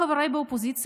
חבריי באופוזיציה,